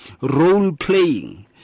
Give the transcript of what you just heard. role-playing